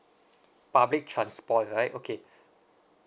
public transport right okay